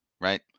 right